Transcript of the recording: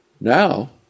Now